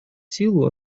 силу